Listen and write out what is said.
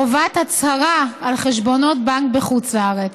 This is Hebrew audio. חובת הצהרה על חשבונות בנק בחוץ לארץ.